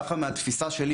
ככה מהתפיסה שלי,